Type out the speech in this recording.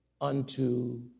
unto